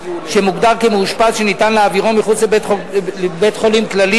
שמוגדר כמאושפז שניתן להעבירו מחוץ לבית-חולים כללי